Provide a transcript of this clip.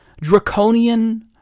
draconian